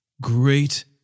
Great